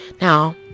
now